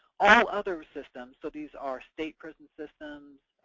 all other systems so these are state prison systems,